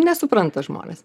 nesupranta žmonės